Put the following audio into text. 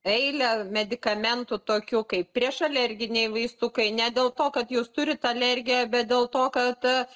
eilė medikamentų tokių kaip priešalerginiai vaistukai ne dėl to kad jūs turit alergiją bet dėl to kad